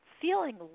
feeling